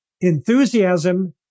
Enthusiasm